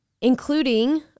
including